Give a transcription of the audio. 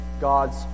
God's